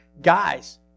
Guys